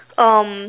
um